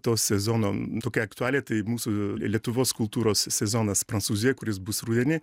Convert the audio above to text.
to sezono tokia aktualija tai mūsų lietuvos kultūros sezonas prancūzijoj kuris bus rudenį